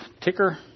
ticker